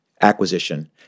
acquisition